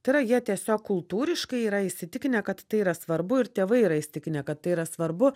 tai yra jie tiesiog kultūriškai yra įsitikinę kad tai yra svarbu ir tėvai yra įsitikinę kad tai yra svarbu